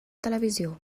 televisió